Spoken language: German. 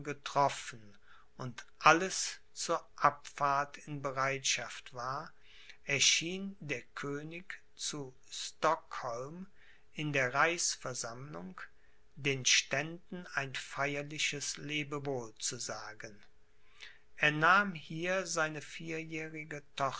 getroffen und alles zur abfahrt in bereitschaft war erschien der könig zu stockholm in der reichsversammlung den ständen ein feierliches lebewohl zu sagen er nahm hier seine vierjährige